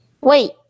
Wait